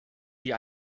wie